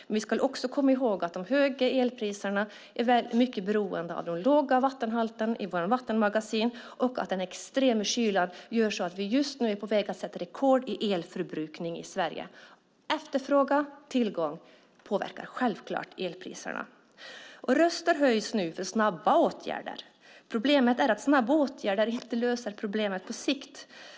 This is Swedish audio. Men vi ska också komma ihåg att de höga elpriserna är mycket beroende av de låga vattenhalterna i vattenmagasinen och att den extrema kylan gör att vi just nu är på väg att sätta rekord på elförbrukning i Sverige. Efterfrågan och tillgång påverkar självklart elpriserna. Röster höjd nu för snabba åtgärder. Problemet är att snabba åtgärder inte löser problemen på sikt.